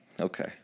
Okay